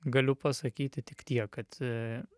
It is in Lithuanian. galiu pasakyti tik tiek kad